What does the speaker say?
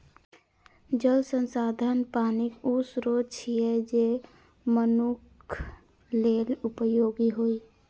जल संसाधन पानिक ऊ स्रोत छियै, जे मनुक्ख लेल उपयोगी होइ